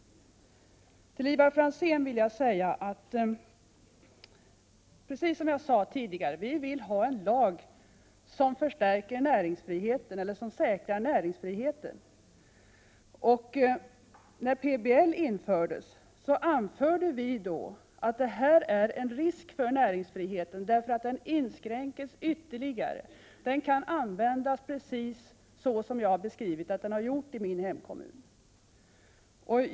1987/88:32 Jag vill säga till Ivar Franzén, precis som jag sade tidigare, att vi villhaen 26 november 1987 lag som säkrar näringsfriheten. När PBL infördes anförde vi att den innebar Detljhandeja ar ke en risk för näringsfriheten, som därigenom skulle kunna inskränkas ytterligare. Lagen kan användas precis som jag har beskrivit att den har använts i min hemkommun.